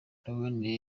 larry